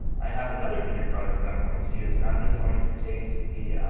i have another meteor project that i'm going to use, and i'm just going to take the